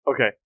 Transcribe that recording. Okay